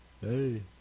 Hey